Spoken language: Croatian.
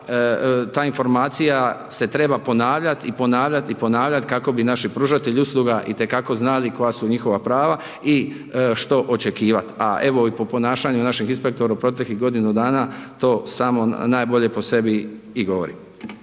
ta informacija se treba ponavljati i ponavljati i ponavljati kako bi naši pružatelji usluga itekako znali koja su njihova prava i što očekivati. A evo i po ponašanju naših inspektora u proteklih godinu dana to samo najbolje po sebi i govori.